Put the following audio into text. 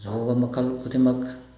ꯌꯣꯒꯥ ꯃꯈꯜ ꯈꯨꯗꯤꯡꯃꯛ